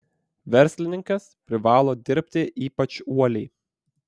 verslininkas privalo dirbti ypač uoliai